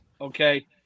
Okay